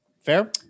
Fair